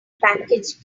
package